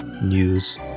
news